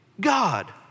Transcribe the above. God